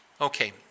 Okay